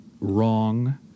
wrong